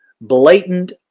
blatant